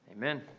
Amen